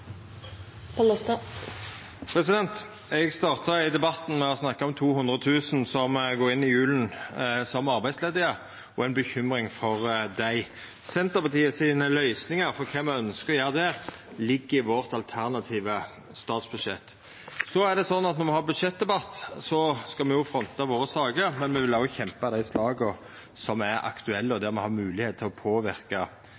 Eg starta debatten med å snakka om 200 000 som går inn i jula som arbeidsledige, og det ha ei bekymring for dei. Senterpartiets løysingar for kva me ønskjer å gjera der, ligg i det alternative statsbudsjettet vårt. Når me har budsjettdebatt, skal me fronta våre saker, men me vil òg kjempa dei slaga som er aktuelle, og